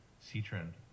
C-Trend